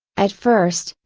at first,